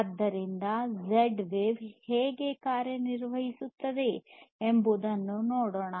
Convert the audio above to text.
ಆದ್ದರಿಂದ Z wave ಹೇಗೆ ಕಾರ್ಯನಿರ್ವಹಿಸುತ್ತದೆ ಎಂಬುದನ್ನು ನೋಡೋಣ